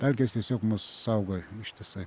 pelkės tiesiog mus saugoj ištisai